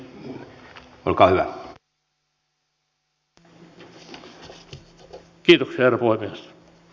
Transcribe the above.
kiitoksia herra puhemies